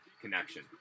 connection